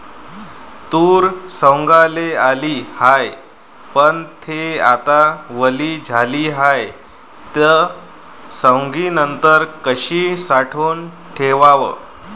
तूर सवंगाले आली हाये, पन थे आता वली झाली हाये, त सवंगनीनंतर कशी साठवून ठेवाव?